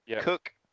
Cook